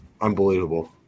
unbelievable